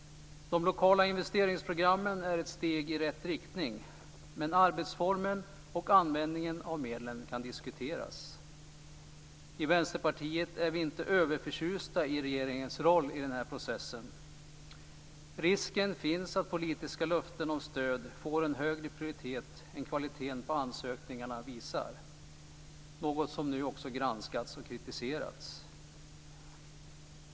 De lokala investeringsprogrammen är ett steg i rätt riktning. Men arbetsformen och användningen av medlen kan diskuteras. I Vänsterpartiet är vi inte överförtjusta i regeringens roll i den här processen. Risken finns att politiska löften om stöd får en högre prioritet än kvaliteten på ansökningarna visar, något som nu också granskats och kritiserats.